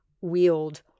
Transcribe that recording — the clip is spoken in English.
wield